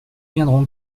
viendront